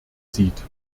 sieht